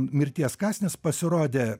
mirties kąsnis pasirodė